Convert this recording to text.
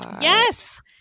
Yes